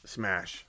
smash